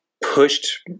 pushed